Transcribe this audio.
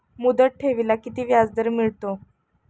मुदत ठेवीला किती व्याजदर मिळतो?